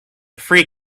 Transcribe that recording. free